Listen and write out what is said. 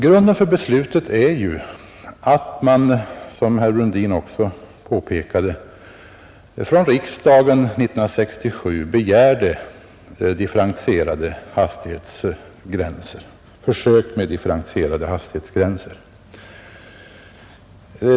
Grunden för beslutet är ju att riksdagen, som herr Brundin också påpekade, 1967 begärde försök med differentierade hastighetsgränser.